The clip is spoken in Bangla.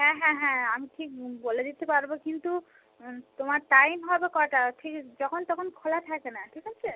হ্যাঁ হ্যাঁ হ্যাঁ আমি ঠিক বলে দিতে পারবো কিন্তু তোমার টাইম হবে কটা ঠিক যখন তখন খোলা থাকে না ঠিক আছে